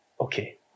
Okay